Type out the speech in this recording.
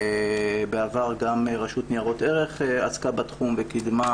בעבר גם רשות ניירות ערך עסקה בתחום וקידמה